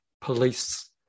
police